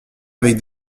avec